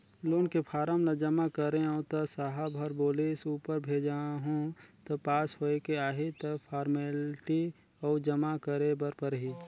loan के form ल जमा करेंव त साहब ह बोलिस ऊपर भेजहूँ त पास होयके आही त फारमेलटी अउ जमा करे बर परही